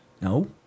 No